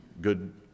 good